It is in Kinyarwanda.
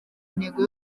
intego